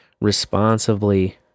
responsibly